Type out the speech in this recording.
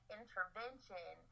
intervention